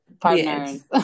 partners